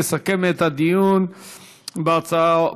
יסכם את הדיון בהצעות